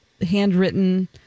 handwritten